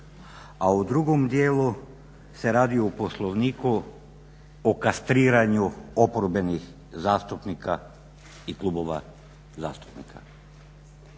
a o drugom dijelu se radi o poslovniku o kastriranju oporbenih zastupnika i klubova zastupnika.